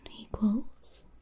equals